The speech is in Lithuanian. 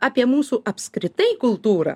apie mūsų apskritai kultūrą